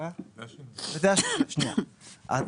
אם כן,